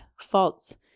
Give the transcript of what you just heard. false